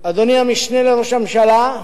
אדוני המשנה לראש הממשלה,